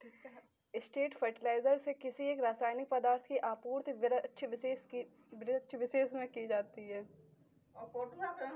straight fertiliser से किसी एक रसायनिक पदार्थ की आपूर्ति वृक्षविशेष में की जाती है